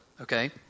Okay